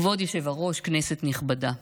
כבוד היושב-ראש, כנסת נכבדה,